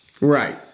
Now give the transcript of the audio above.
Right